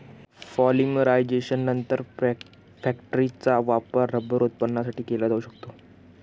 पॉलिमरायझेशननंतर, फॅक्टिसचा वापर रबर उत्पादनासाठी केला जाऊ शकतो